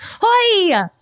Hi